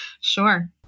Sure